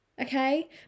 okay